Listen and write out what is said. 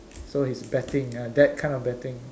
so he is betting ah that kind of betting